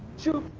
to